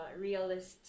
realist